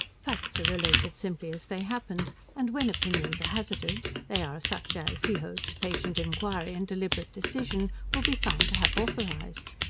facts are related simply as they happened, and when opinions are hazarded, they are such as, he hopes, patient inquiry, and deliberate decision, will be found to have authorised.